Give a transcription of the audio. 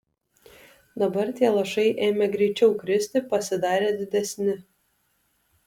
dabar tie lašai ėmė greičiau kristi pasidarė didesni